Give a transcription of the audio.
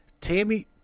Tammy